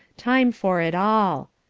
time for it all.